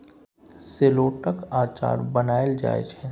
शेलौटक अचार बनाएल जाइ छै